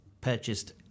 purchased